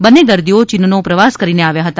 બંને દર્દીઓ ચીનનો પ્રવાસ કરીને આવ્યા હતા